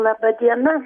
laba diena